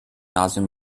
gymnasium